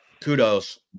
kudos